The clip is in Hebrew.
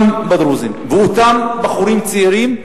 גם בדרוזים, ואותם בחורים צעירים,